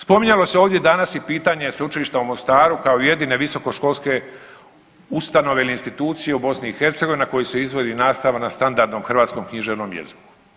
Spominjalo se ovdje danas i pitanje Sveučilišta u Mostaru kao jedino visokoškolske ustanove ili institucije u BiH na koji se izvodi nastava na standardnom hrvatskom književnom jeziku.